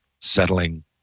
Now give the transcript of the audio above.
settling